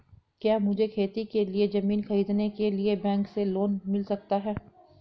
क्या मुझे खेती के लिए ज़मीन खरीदने के लिए बैंक से लोन मिल सकता है?